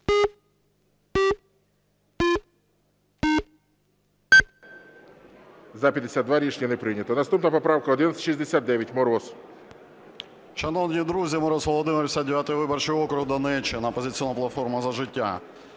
За-52 Рішення не прийнято. Наступна поправка 1169, Мороза.